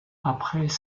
après